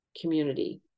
community